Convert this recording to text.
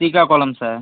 Srikakulam sir